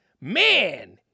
man